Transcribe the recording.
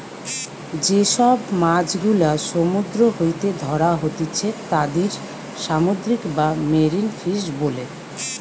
যে সব মাছ গুলা সমুদ্র হইতে ধ্যরা হতিছে তাদির সামুদ্রিক বা মেরিন ফিশ বোলে